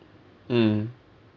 mm